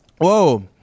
Whoa